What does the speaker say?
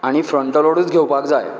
आनी फ्रंन्ट लोडच घेवपाक जाय